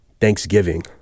Thanksgiving